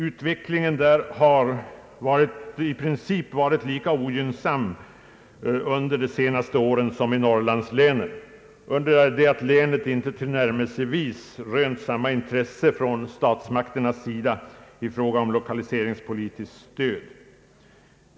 Utvecklingen där har under de senaste åren varit lika ogynnsam som i Norrlandslänen, under det att länet inte tillnärmelsevis rönt samma intresse från stats makiernas sida i fråga om lokaliseringsstöd.